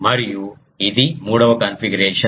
మరియు ఇది మూడవ కాన్ఫిగరేషన్